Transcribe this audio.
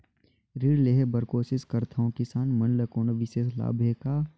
ऋण लेहे बर कोशिश करथवं, किसान मन ल कोनो विशेष लाभ हे का?